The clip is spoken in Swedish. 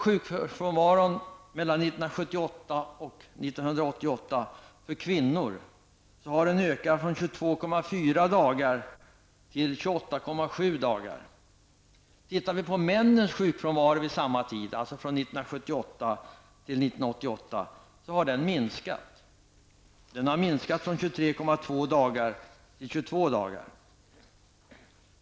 Sjukfrånvaron för kvinnor har under perioden 1978--1988 ökat från 22,4 dagar till Ser vi på männens sjukfrånvaro under samma tid, dvs. från 1978 till 1988, finner vi att den har minskat -- från 23,2 dagar till 22 dagar.